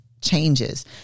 changes